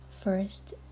First